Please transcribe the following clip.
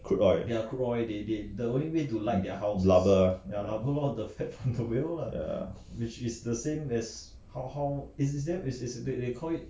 crude oil rubber ah ya